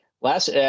Last